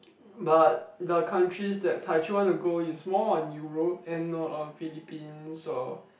but the countries that Kai-Jun want to go is more on Europe and not of Philippines so